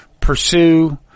pursue